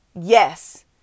yes